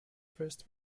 first